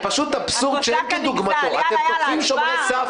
זה פשוט אבסורד שאין כדוגמתו אתם תוקפים שומרי סף,